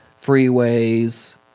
freeways